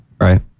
Right